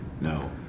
No